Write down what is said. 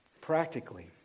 Practically